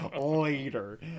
later